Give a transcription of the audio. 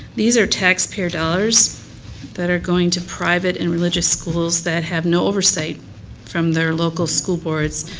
these are taxpayer dollars that are going to private and religious schools that have no oversight from their local school boards.